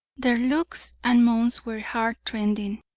their looks and moans were heartrending.